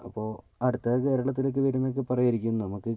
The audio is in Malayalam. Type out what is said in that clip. അപ്പോൾ അടുത്തത് കേരളത്തിലേക്ക് വരുമെന്നൊക്കെ പറയുമായിരിക്കും നമുക്ക്